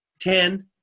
Ten